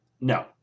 No